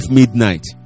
midnight